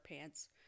pants